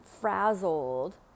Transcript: frazzled